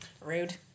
Rude